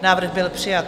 Návrh byl přijat.